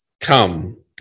come